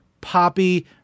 poppy